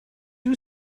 you